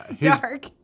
Dark